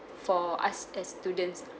for us as students